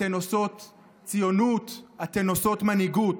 אתן עושות ציונות, אתן עושות מנהיגות,